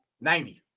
ninety